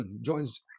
Joins